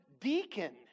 deacon